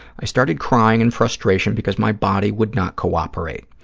i started crying in frustration because my body would not cooperate.